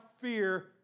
fear